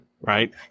right